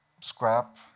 scrap